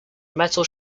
metal